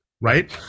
right